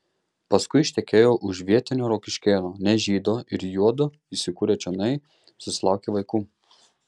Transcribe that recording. paskui ištekėjo už vietinio rokiškėno ne žydo ir juodu įsikūrę čionai susilaukė vaikų